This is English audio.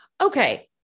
okay